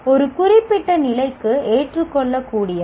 ஒரு குறிப்பிட்ட நிலைக்கு ஏற்றுக்கொள்ளக்கூடியவை